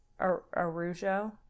Arujo